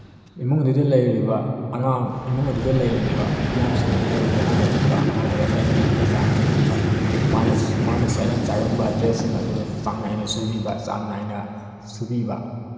ꯏꯃꯨꯡ ꯑꯗꯨꯗ ꯂꯩꯔꯤꯕ ꯑꯉꯥꯡ ꯏꯃꯨꯡ ꯑꯗꯨꯗ ꯂꯩꯔꯤꯕ ꯃꯤꯌꯥꯝꯁꯤꯡ ꯑꯗꯨ ꯇꯔꯨ ꯇꯅꯥꯟꯅ ꯂꯩꯕ ꯑꯉꯥꯡ ꯂꯧꯔꯝꯗꯥꯏꯗ ꯃꯈꯨꯠ ꯃꯁꯥ ꯍꯥꯝꯗꯣꯛꯄꯤꯕ ꯃꯥꯅ ꯃꯥꯅ ꯁꯦꯠꯂꯝ ꯆꯥꯔꯝꯕ ꯗ꯭ꯔꯦꯁꯁꯤꯡ ꯑꯗꯨ ꯆꯥꯡ ꯅꯥꯏꯅ ꯁꯨꯕꯤꯕ ꯆꯥꯡ ꯅꯥꯏꯅ ꯁꯨꯕꯤꯕ